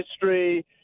history